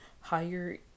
higher